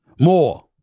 More